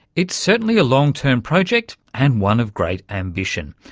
it's certainly a long-term project and one of great ambition.